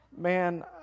Man